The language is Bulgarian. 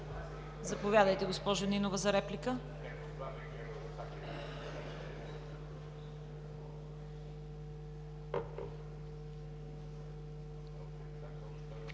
Заповядайте, госпожо Нинова, за реплика.